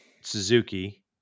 Suzuki